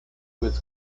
with